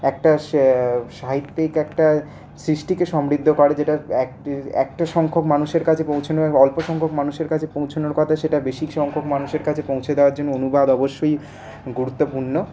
একটা সাহিত্যিক একটা সৃষ্টিকে সমৃদ্ধ করে যেটা এক একটা সংখ্যক মানুষের কাছে পৌঁছনোর অল্প সংখ্যক মানুষের কাছে পৌঁছনোর কথা সেটা বেশী সংখ্যক মানুষের কাছে পৌঁছে দেওয়ার জন্য অনুবাদ অবশ্যই গুরুত্বপূর্ণ